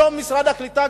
היום משרד הקליטה,